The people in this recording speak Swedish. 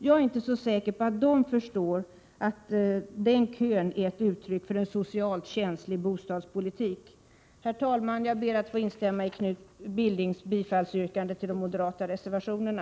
Jag är inte så säker på att de förstår att den kön är ett uttryck för en socialt känslig bostadspolitik. Herr talman! Jag ber att få instämma i Knut Billings yrkande om bifall till de moderata reservationerna.